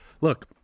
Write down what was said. look